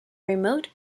remote